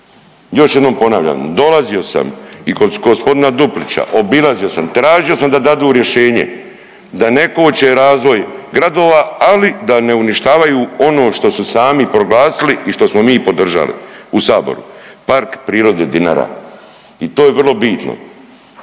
Još jednom ponavljam, dolazio sam i kod g. Duplića, obilazio sam, tražio sam da dadu rješenje, da ne koče razvoj gradova, ali da ne uništavaju ono što su sami proglasili i što smo mi podržali u saboru, PP Dinara i to je vrlo bitno.